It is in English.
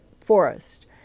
forest